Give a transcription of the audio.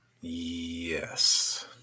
Yes